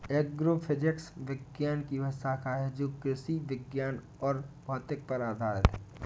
agrophysics विज्ञान की एक शाखा है जो कृषि विज्ञान और भौतिकी पर आधारित है